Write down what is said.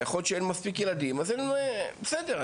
כן, בסדר,